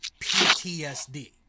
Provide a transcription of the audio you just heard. PTSD